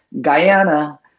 Guyana